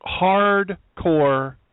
Hardcore